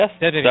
Yes